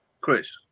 Chris